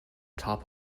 top